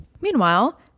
Meanwhile